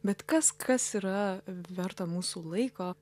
bet kas kas yra verta mūsų laiko